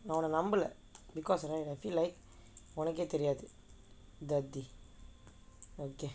நான் உன்னை நம்பலை:naan unnai nambalai because you know feel like want உனக்கே தெரியாது:unakkae theriyaathu at the day okay